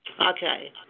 Okay